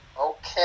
Okay